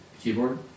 Keyboard